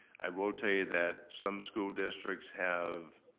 i will tell you that some school districts have